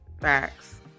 Facts